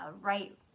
right